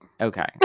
Okay